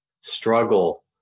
struggle